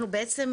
אנחנו בעצם